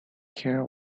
care